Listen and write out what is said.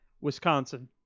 Wisconsin